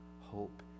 hope